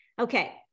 Okay